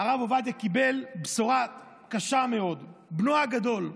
הרב עובדיה קיבל בשורה קשה מאוד: בנו הגדול,